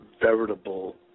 veritable